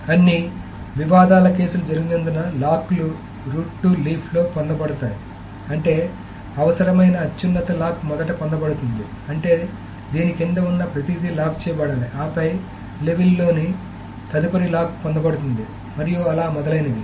అన్ని వివాదాల కేసులు జరగనందున లాక్ లు రూట్ టు లీఫ్లో పొందబడతాయి అంటే అవసరమైన అత్యున్నత లాక్ మొదట పొందబడుతుంది అంటే దీని కింద ఉన్న ప్రతిదీ లాక్ చేయబడాలి ఆపై లెవల్లోని తదుపరి లాక్ పొందబడుతుంది మరియు అలా మొదలైనవి